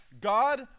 God